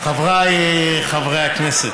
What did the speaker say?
חבריי חברי הכנסת,